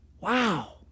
Wow